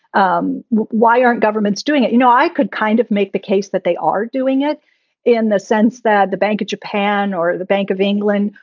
um why aren't governments doing it? you know, i could kind of make the case that they are doing it in the sense that the bank of japan or the bank of england,